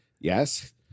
yes